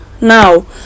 now